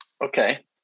Okay